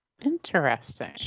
Interesting